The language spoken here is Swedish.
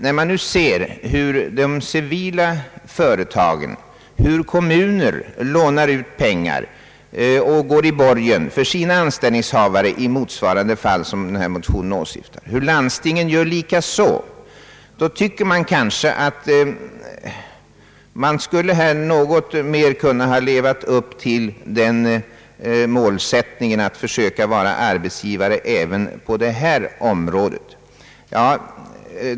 När man ser hur privata företag och kommuner lånar ut pengar och går i borgen för sina anställningshavare i fall, som motsvarar dem som motionen åsyftar, och hur landstingen gör på samma sätt, tycker man kanske att staten något bättre och fortare skulle kunna försöka leva upp till målsättningen att vara mönsterarbetsgivare även på detta område.